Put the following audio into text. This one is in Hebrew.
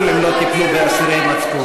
בחיים הם לא טיפלו באסירי מצפון.